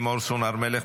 לימור סון הר מלך,